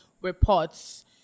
reports